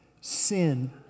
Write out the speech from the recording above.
sin